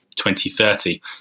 2030